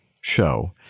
show